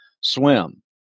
swim